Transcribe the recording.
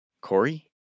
Corey